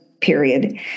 period